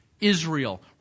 Israel